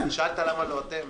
שאלת למה לא אתם.